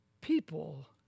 people